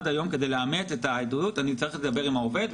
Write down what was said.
כדי לאמת עדות אני צריך לדבר עם העובד,